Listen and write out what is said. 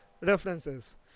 references